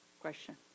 Question